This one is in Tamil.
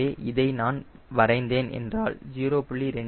எனவே இதை நான் வரைந்தேன் என்றால் 0